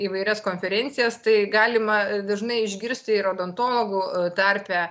įvairias konferencijas tai galima dažnai išgirsti ir odontologų tarpe